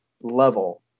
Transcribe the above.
level